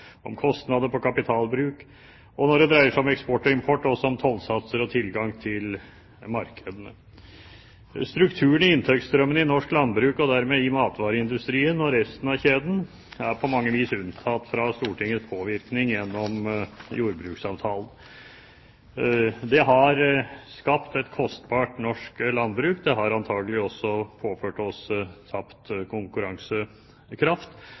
om kostnader på kapitalbruk, og når det gjelder eksport og import, også om tollsatser og tilgang til markedene. Strukturen i inntektsstrømmen i norsk landbruk og dermed i matvareindustrien og resten av kjeden er på mange vis unntatt fra Stortingets påvirkning gjennom jordbruksavtalen. Det har skapt et kostbart norsk landbruk. Det har antakelig også påført oss